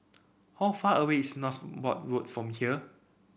how far away is Northolt Road from here